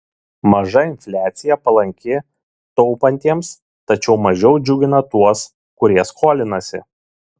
maža infliacija palanki taupantiems tačiau mažiau džiugina tuos kurie skolinasi